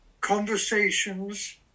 conversations